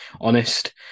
honest